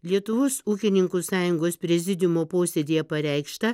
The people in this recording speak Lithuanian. lietuvos ūkininkų sąjungos prezidiumo posėdyje pareikšta